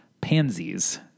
pansies